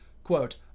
Quote